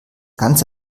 ganz